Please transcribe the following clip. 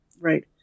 Right